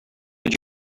did